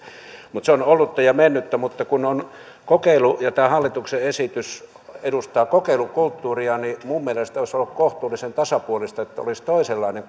mutta se on ollutta ja mennyttä kun on kokeilu ja tämä hallituksen esitys edustaa kokeilukulttuuria niin minun mielestäni olisi ollut kohtuullisen tasapuolista että olisi toisenlainen